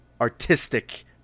artistic